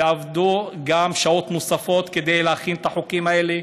ועבדו גם שעות נוספות כדי להכין את החוקים האלה.